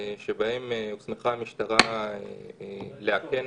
שבהן הוסמכה הממשלה לאכן